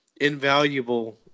invaluable